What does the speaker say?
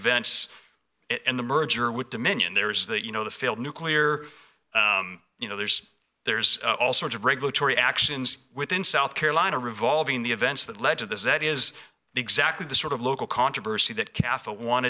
events and the merger with dominion there is that you know the failed nuclear you know there's there's all sorts of regulatory actions within south carolina revolving the events that led to this that is exactly the sort of local controversy that calf want